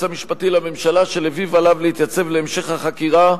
המשפטי לממשלה שלפיו עליו להתייצב להמשך החקירה,